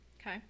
Okay